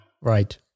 Right